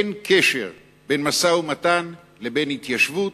אין קשר בין משא-ומתן לבין התיישבות.